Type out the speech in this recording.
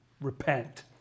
repent